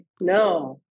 No